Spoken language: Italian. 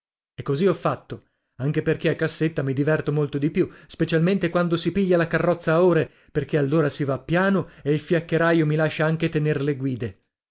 e così ho fatto anche perché a cassetta mi diverto molto di più specialmente quando si piglia la carrozza a ore perché allora si va piano e il fiaccheraio mi lascia anche tener le guide